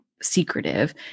secretive